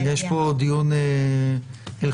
יש פה דיון הלכתי.